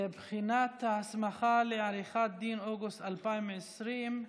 בחינת ההסמכה לעריכת דין, אוגוסט 2020,